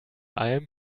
alm